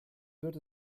wird